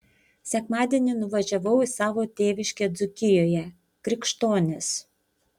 sekmadienį nuvažiavau į savo tėviškę dzūkijoje krikštonis